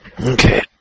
Okay